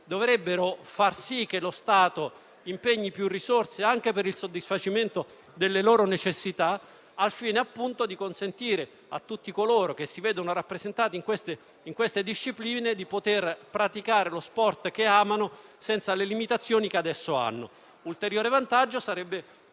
dovrebbe impegnare maggiori risorse anche per il soddisfacimento delle loro necessità, al fine di consentire a tutti coloro che si vedono rappresentati in queste discipline di praticare lo sport che amano, senza le limitazioni che adesso hanno. Un ulteriore vantaggio sarebbe